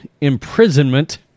imprisonment